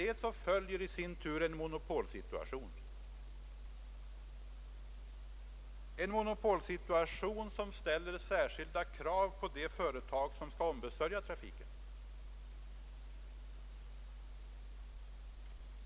Därav följer i sin tur en monopolsituation, som ställer särskilda krav på de företag som skall ombesörja trafiken.